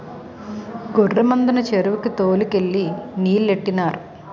గొర్రె మందని చెరువుకి తోలు కెళ్ళి నీలెట్టినారు